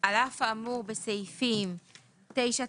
על אף האמור בסעיפים 9טז(ב),